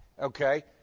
okay